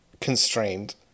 constrained